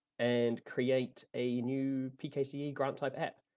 and create a new pkce grant type app.